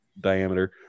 diameter